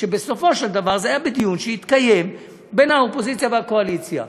שבסופו של דבר היו בדיון שהתקיים בין האופוזיציה והקואליציה.